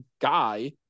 guy